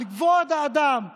על כבוד האדם וחירותו,